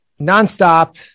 nonstop